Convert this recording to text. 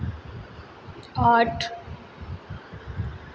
आठ